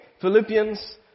Philippians